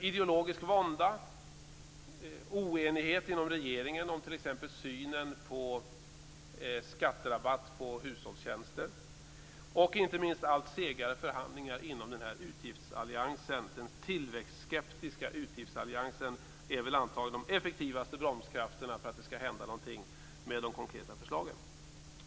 Ideologisk vånda, oenighet inom regeringen om t.ex. synen på skatterabatt på hushållstjänster och inte minst allt segare förhandlingar inom den tillväxtskeptiska utgiftsalliansen är antagligen de effektivaste bromskrafterna mot att det skall hända någonting med de konkreta förslagen.